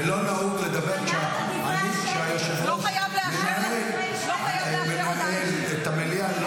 ולא נהוג לדבר כשהיושב-ראש מנהל את המליאה,